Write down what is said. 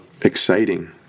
exciting